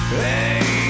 hey